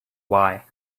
why